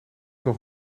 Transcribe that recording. nog